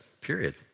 Period